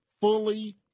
fully